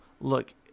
Look